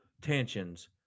tensions